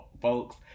folks